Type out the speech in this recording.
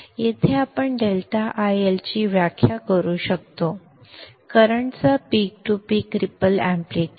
येथे देखील आपण ∆ IL ची व्याख्या करू शकतो करंट चा पीक ते पीक रीपल एम्पलीट्यूड